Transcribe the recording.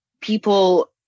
people